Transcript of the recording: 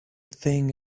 thing